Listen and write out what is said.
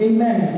Amen